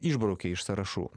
išbraukė iš sąrašų